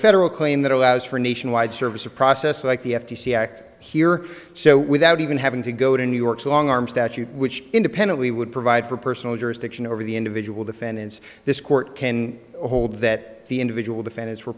federal claim that allows for a nationwide service of process like the f t c act here so without even having to go to new york's long arm statute which independently would provide for personal jurisdiction over the individual defendants this court can hold that the individual defendants were